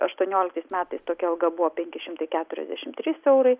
aštuonioliktais metais tokia alga buvo penki šimtai keturiasdešimt trys eurai